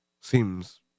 Seems